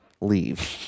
leave